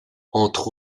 entre